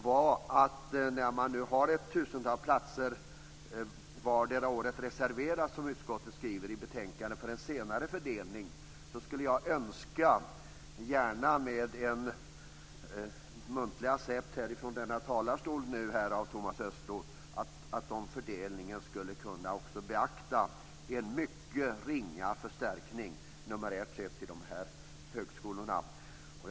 Som utskottet skriver i betänkandet har man nu ett tusental vardera om året reserverat för en senare fördelning. Därför skulle jag önska att man vid fördelningen också skulle kunna beakta en mycket ringa förstärkning numerärt sett till dessa högskolor. Jag tar gärna en muntlig accept på detta från denna talarstol av Thomas Östros.